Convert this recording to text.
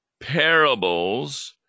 parables